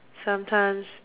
sometimes